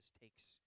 takes